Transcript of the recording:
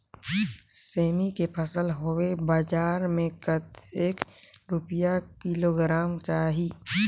सेमी के फसल हवे बजार मे कतेक रुपिया किलोग्राम जाही?